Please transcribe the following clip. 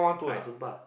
I sumpah